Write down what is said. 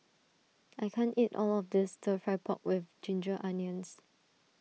I can't eat all of this Stir Fry Pork with Ginger Onions